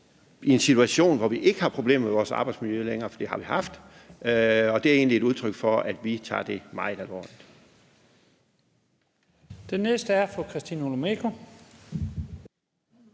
i en situation, hvor vi ikke har problemer med vores arbejdsmiljø længere, for det har vi haft. Det er egentlig et udtryk for, at vi tager det meget alvorligt.